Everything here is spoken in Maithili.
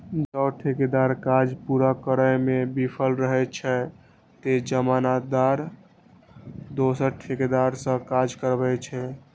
जौं ठेकेदार काज पूरा करै मे विफल रहै छै, ते जमानतदार दोसर ठेकेदार सं काज कराबै छै